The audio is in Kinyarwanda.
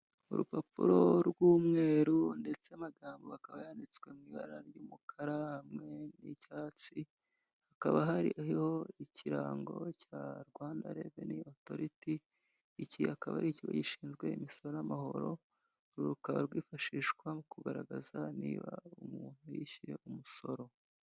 Urupapuro rw'umweru ndetse amagambo akaba yanditswe mu ibara ry'umukara, hamwe n'icyatsi hakaba hari ikirango cya rwanda revenI otoriti, iki akaba ari ikigo gishinzwe imisoro n'amahoro rukaba rwifashishwa mu kugaragaza niba umuntu yishyuye umusoro.